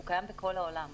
הוא קיים בכל העולם.